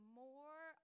more